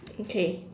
okay